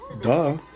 duh